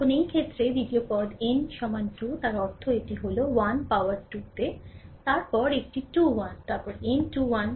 এখন এই ক্ষেত্রে দ্বিতীয় পদ n সমান 2 তার অর্থ এটি হল 1 পোর 2 তে তারপরে একটি 21 তারপর m 21 ডান